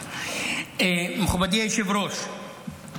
מכובדי היושב-ראש,